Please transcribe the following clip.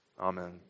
amen